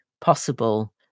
possible